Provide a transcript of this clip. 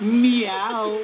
meow